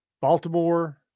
Baltimore